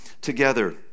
together